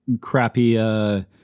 crappy